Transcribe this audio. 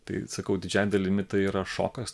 tai sakau didžiąja dalimi tai yra šokas